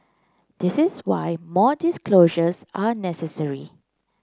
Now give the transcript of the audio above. this is why more disclosures are necessary